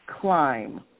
climb